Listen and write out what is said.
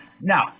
Now